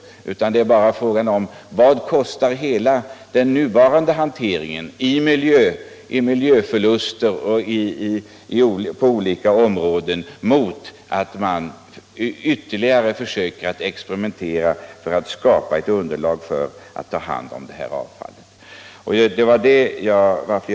Frågan är bara vad den nuvarande hanteringen kostar i förluster till följd av miljöförstöring i jämförelse med ytterligare experiment för att skapa ett underlag för att ta hand om avfallet på ett bättre sätt.